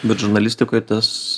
bet žurnalistikoj tas